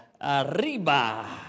Arriba